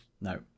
No